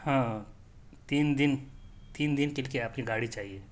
ہاں تین دن تین دن کے لیے آپ کی گاڑی چاہیے